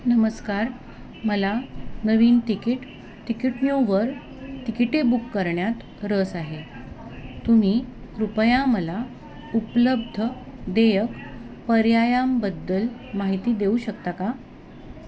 नमस्कार मला नवीन तिकीट तिकिट न्यूवर तिकिटे बुक करण्यात रस आहे तुम्ही कृपया मला उपलब्ध देयक पर्यायांबद्दल माहिती देऊ शकता का